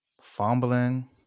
fumbling